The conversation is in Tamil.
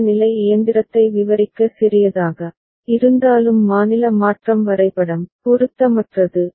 பெரிய நிலை இயந்திரத்தை விவரிக்க சிறியதாக இருந்தாலும் மாநில மாற்றம் வரைபடம் பொருத்தமற்றது